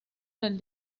del